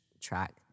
track